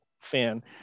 fan